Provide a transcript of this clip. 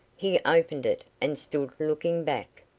he opened it and stood looking back.